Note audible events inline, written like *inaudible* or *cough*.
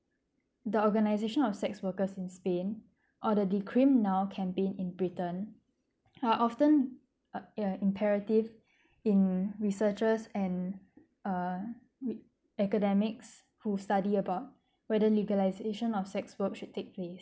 the organisation of sex workers in spain or the decrimnow campaign in britain *noise* are often uh ya imperative in researchers and err academics who study about whether legalisation of sex work should take place